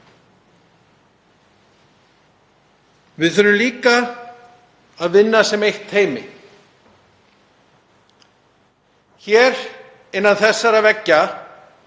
Við þurfum líka að vinna sem eitt teymi hér. Innan þessara veggja